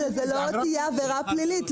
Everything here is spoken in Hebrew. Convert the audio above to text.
שזה לא תהיה עבירה פלילית.